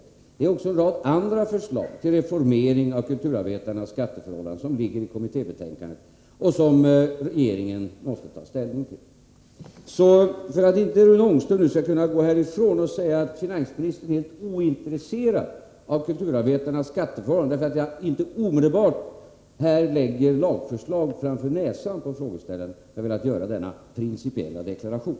Det finns också en rad andra förslag till reformering av kulturarbetarnas skatteförhållanden i kommittébetänkandet, vilka regeringen måste ta ställning till. För att Rune Ångström nu inte skall kunna gå härifrån och säga att finansministern är ointresserad av kulturarbetarnas skatteförhållanden, på grund av att jag inte omedelbart lägger lagförslag framför näsan på frågeställaren, har jag velat göra denna principiella deklaration.